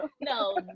no